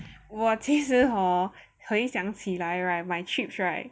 我其实 hor 回想起来 right my trips right